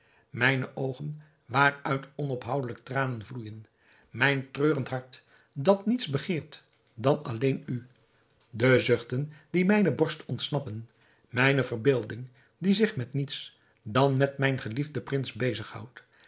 mijne oogen waaruit onophoudelijk tranen vloeijen mijn treurend hart dat niets begeert dan alleen u de zuchten die mijne borst ontsnappen mijne verbeelding die zich met niets dan met mijn geliefden prins bezighoudt